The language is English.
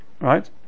Right